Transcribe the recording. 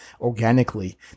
organically